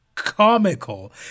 comical